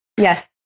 Yes